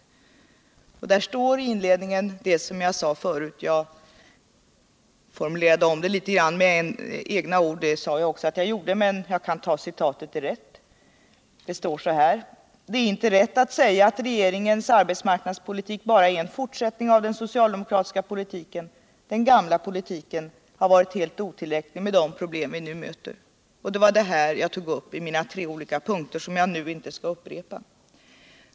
I inledningen till detta pressmeddelande står det som jag nämnde tidigare. Jag formulerade om meningarna något litet med egna ord — det sade jag också att jag gjorde - men jag kan nu citera direkt. Det står så här: "Det är inte rätt att säga att regeringens arbetsmarknadspolitik bara är en fortsättning av den socialdemokratiska politiken. Den gamla politiken hade varit helt otillräcklig med de problem vi nu möter.” Det var detta jag tog upp i mina tre olika punkter, som jag nu inte skall upprepa.